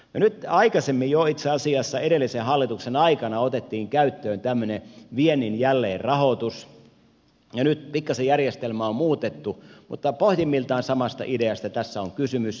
nyt aikaisemmin itse asiassa jo edellisen hallituksen aikana otettiin käyttöön tämmöinen viennin jälleenrahoitus ja nyt pikkaisen järjestelmää on muutettu mutta pohjimmiltaan samasta ideasta tässä on kysymys